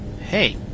Hey